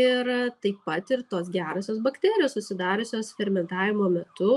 ir taip pat ir tos gerosios bakterijos susidariusios fermentavimo metu